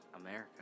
America